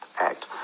Act